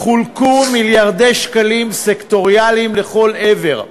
חולקו מיליארדי שקלים סקטוריאליים לכל עבר,